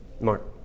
Mark